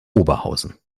oberhausen